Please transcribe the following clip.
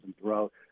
throughout